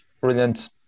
brilliant